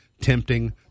tempting